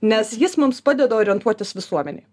nes jis mums padeda orientuotis visuomenėj